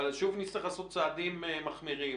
ושוב נצטרך לעשות צעדים מחמירים.